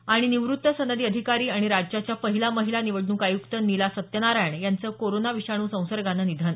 आणि त निवृत्त सनदी अधिकारी आणि राज्याच्या पहिल्या महिला निवडणूक आयुक्त नीला सत्यनारायण यांचं कोरोना विषाणू संसर्गानं निधन